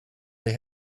they